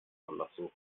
forlasu